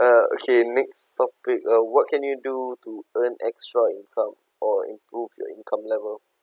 uh okay next topic uh what can you do to earn extra income or improve your income level